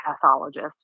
pathologist